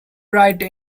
write